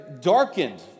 darkened